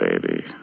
baby